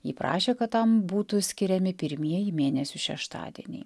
ji prašė kad tam būtų skiriami pirmieji mėnesių šeštadieniai